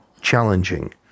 challenging